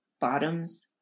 bottoms